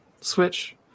Switch